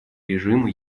режима